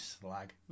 slag